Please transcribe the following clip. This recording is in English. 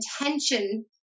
intention